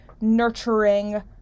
nurturing